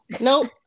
Nope